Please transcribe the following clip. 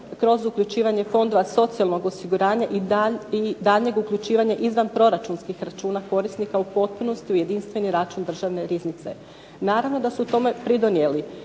kroz uključivanje Fonda socijalnog osiguranja i daljnjeg uključivanja izvan proračunskih računa korisnika u potpunosti u jedinstveni račun državne riznice. Naravno da su tome pridonijeli